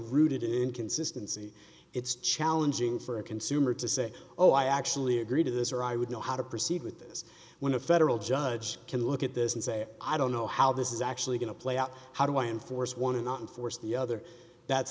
rooted in consistency it's challenging for a consumer to say oh i actually agree to this or i would know how to proceed with this when a federal judge can look at this and say i don't know how this is actually going to play out how do i enforce one and not force the other that's